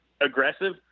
aggressive